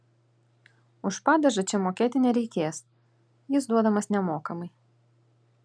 už padažą čia mokėti nereikės jis duodamas nemokamai